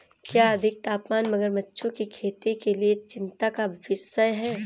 क्या अधिक तापमान मगरमच्छों की खेती के लिए चिंता का विषय है?